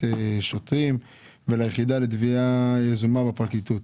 שוטרים וליחידה לתביעה יזומה בפרקליטות.